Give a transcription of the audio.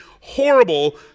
horrible